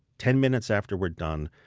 ten minutes after we're done,